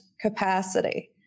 capacity